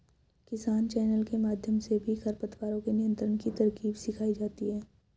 किसान चैनल के माध्यम से भी खरपतवारों के नियंत्रण की तरकीब सिखाई जाती है